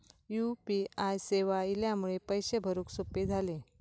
U P I सेवा इल्यामुळे पैशे भरुक सोपे झाले